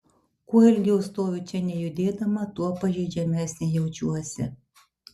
kuo ilgiau stoviu čia nejudėdama tuo pažeidžiamesnė jaučiuosi